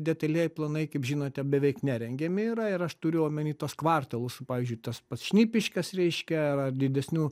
detalieji planai kaip žinote beveik nerengiami yra ir aš turiu omeny tuos kvartalus pavyzdžiui tas pats šnipiškes reiškia ar ar didesnių